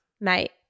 Mate